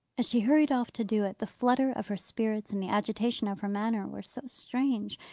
as she hurried off to do it, the flutter of her spirits, and the agitation of her manner, were so strange,